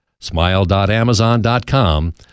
smile.amazon.com